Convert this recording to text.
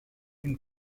une